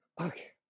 Okay